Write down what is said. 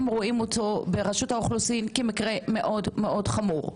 הם רואים אותו ברשות האוכלוסין כמקרה מאוד חמור.